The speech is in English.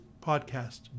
podcast